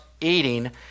eating